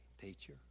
teacher